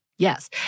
Yes